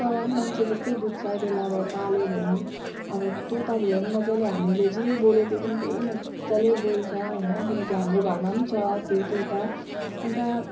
चरा पनि मान्छे जस्तै बुझ्छ त्यसलाई अब पाल्यो भने अब तोता झन् मजाले हामी जे बोल्यो त्यो पनि त्यही मजाले बोल्छ हैन किनकि हाम्रो घरमा पनि छ तोता अनि त